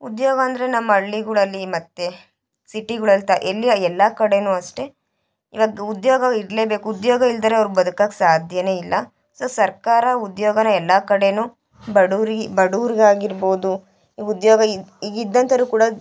ಉದ್ಯೋಗ ಅಂದರೆ ನಮ್ಮ ಹಳ್ಳಿಗಳಲ್ಲಿ ಮತ್ತು ಸಿಟಿಗಳಲ್ ತ ಎಲ್ಲಿಯ ಎಲ್ಲ ಕಡೆಯೂ ಅಷ್ಟೆ ಇವಾಗ ಉದ್ಯೋಗ ಇರಲೇಬೇಕು ಉದ್ಯೋಗ ಇಲ್ದಿದ್ರೆ ಅವ್ರು ಬದುಕೋಕ್ ಸಾಧ್ಯನೇ ಇಲ್ಲ ಸೊ ಸರ್ಕಾರ ಉದ್ಯೋಗನ ಎಲ್ಲ ಕಡೆಯೂ ಬಡವ್ರು ಬಡವ್ರಿಗಾಗಿರ್ಬೋದು ಉದ್ಯೋಗ ಈಗ ಇದ್ದಂತೋರು ಕೂಡ